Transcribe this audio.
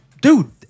dude